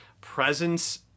presence